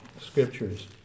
scriptures